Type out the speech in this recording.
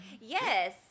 Yes